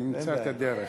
נמצא את הדרך.